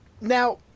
Now